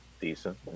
Decent